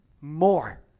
more